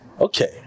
okay